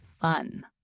fun